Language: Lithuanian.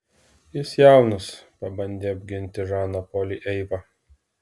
jis jaunas pabandė apginti žaną polį eiva